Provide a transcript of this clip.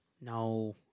No